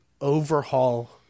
overhaul